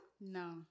No